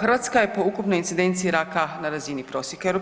Hrvatska je po ukupnoj incidenciji raka na razini prosjeka EU,